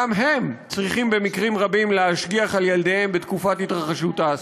גם הם צריכים במקרים רבים להשגיח על ילדיהם בתקופת התרחשות האסון.